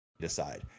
Decide